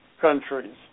countries